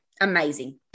amazing